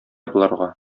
боларга